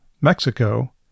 Mexico